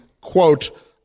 Quote